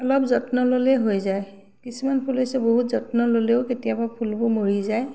অলপ যত্ন ল'লেই হৈ যায় কিছুমান ফুল হৈছে বহুত যত্ন ল'লেও কেতিয়াবা ফুলবোৰ মৰি যায়